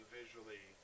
visually